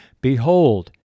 Behold